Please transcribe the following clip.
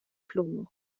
plumo